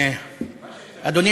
אדוני